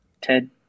Ted